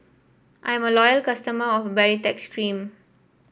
I'm a loyal customer of Baritex Cream